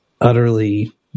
utterly